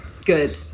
good